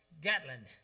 Gatlin